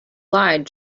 lied